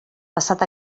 passat